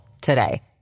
today